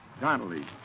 Donnelly